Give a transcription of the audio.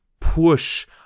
push